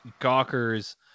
Gawker's